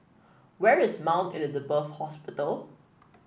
where is Mount Elizabeth Hospital